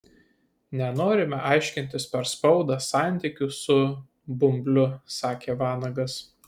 nenorime aiškintis per spaudą santykių su bumbliu sakė vanagas